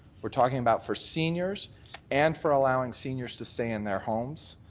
we're talking about for seniors and for allowing seniors to stay in their homes.